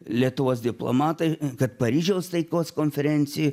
lietuvos diplomatai kad paryžiaus taikos konferencijo